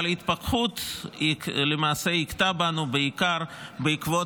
אבל ההתפכחות למעשה הכתה בנו בעיקר בעקבות